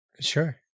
Sure